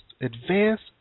advanced